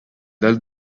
dal